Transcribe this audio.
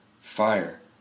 fire